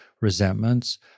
resentments